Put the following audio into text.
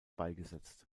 beigesetzt